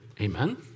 Amen